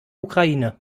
ukraine